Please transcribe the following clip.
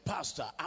Pastor